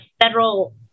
federal